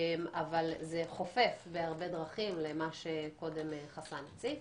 אבל זה חופף בהרבה דרכים למה שקודם חסאן הציג.